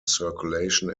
circulation